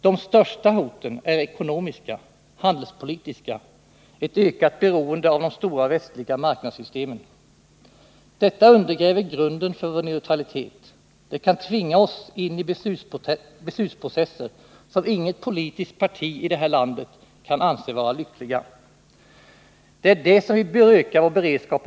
De största hoten är ekonomiska och handelspolitiska, ett ökat beroende av de stora västliga marknadssystemen. Detta undergräver grunden för vår neutralitet. Det kan tvinga oss in i beslutsprocesser, som inget politiskt parti i det här landet kan anse vara lyckliga. Det är mot detta vi bör öka vår beredskap.